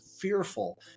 fearful